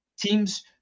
teams